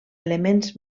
elements